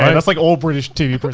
um that's like all british tv but